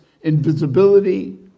invisibility